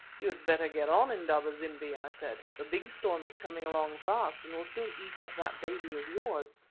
you had better get on, indaba-zimbi, i said, the big storm is coming along fast, and will soon eat up that baby of yours,